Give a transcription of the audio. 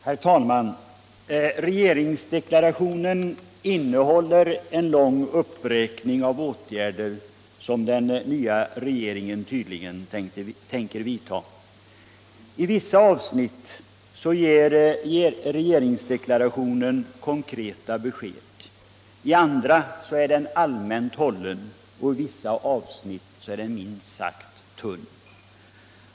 Herr talman! Regeringsdeklarationen innehåller en lång uppräkning av åtgärder som den nya regeringen tydligen tänker vidta. I vissa avsnitt ger regeringsdeklarationen konkreta besked, i andra är den allmänt hållen och i vissa avsnitt är den minst sagt tunn.